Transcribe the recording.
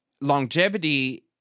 longevity